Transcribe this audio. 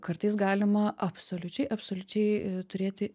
kartais galima absoliučiai absoliučiai turėti